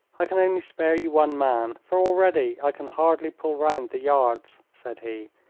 i can only spare you one man, for already i can hardly pull round the yards, said he.